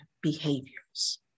behaviors